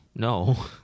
No